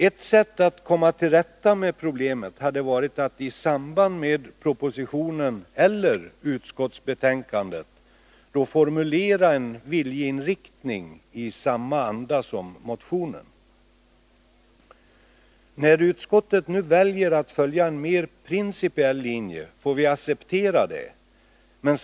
Ett sätt att komma till rätta med problemet hade varit att i samband med tillkomsten av propositionen eller utskottsbetänkandet formulera en viljeinriktning i samma anda som motionens. När utskottet nu väljer att följa en mer principiell linje, får vi acceptera det.